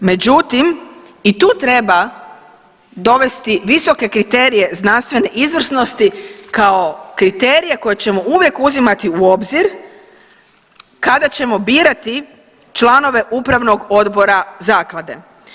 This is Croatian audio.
Međutim, i tu treba dovesti visoke kriterije znanstvene izvrsnosti kao kriterije koje ćemo uvijek uzimati u obzir kada ćemo birati članove Upravnog odbora Zaklade.